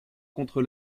contre